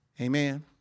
Amen